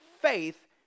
faith